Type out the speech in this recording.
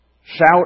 Shout